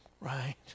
Right